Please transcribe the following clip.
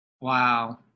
Wow